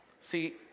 See